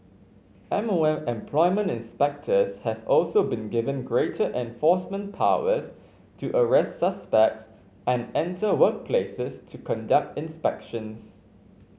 M O M employment inspectors have also been given greater enforcement powers to arrest suspects and enter workplaces to conduct inspections